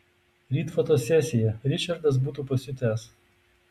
ryt fotosesija ričardas būtų pasiutęs